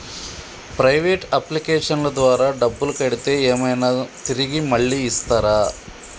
Private అప్లికేషన్ల ద్వారా డబ్బులు కడితే ఏమైనా తిరిగి మళ్ళీ ఇస్తరా?